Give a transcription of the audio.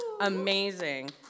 Amazing